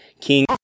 king